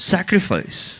Sacrifice